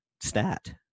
stat